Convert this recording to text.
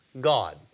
God